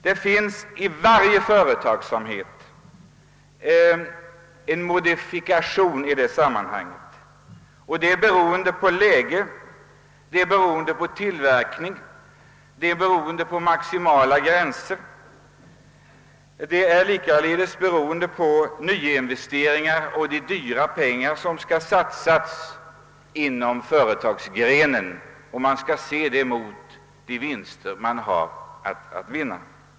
Det finns i varje företagsamhet en modifikation i det sammanhanget, beroende på läge, tillverkning, maximala gränser, nyinvesteringar och de dyra pengar som måste satsas inom företagsgrenen. Man skall se detta mot de vinster man kan göra.